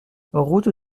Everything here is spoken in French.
route